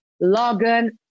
Logan